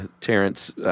Terrence